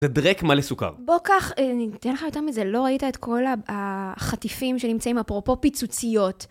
זה דרעק מלא סוכר. בוא קח, אני אתן לך יותר מזה, לא ראית את כל החטיפים שנמצאים אפרופו פיצוציות.